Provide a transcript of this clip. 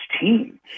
team